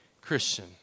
Christian